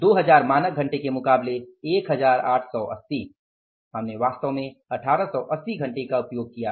2000 मानक घंटे के मुकाबले 1880 हमने वास्तव में 1880 का उपयोग किया है